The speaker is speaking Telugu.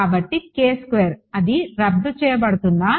కాబట్టి అది రద్దు చేయబడుతుందా